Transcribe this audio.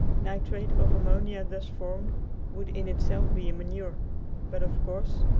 nitrate of ammonia thus formed would in itself be a manure but, of course,